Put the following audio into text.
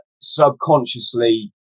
subconsciously